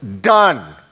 done